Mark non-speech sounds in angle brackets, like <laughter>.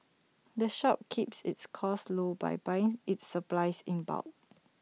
the shop keeps its costs low by buying <noise> its supplies in bulk